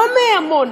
לא מעמונה,